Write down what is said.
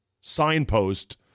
signpost